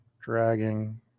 Dragging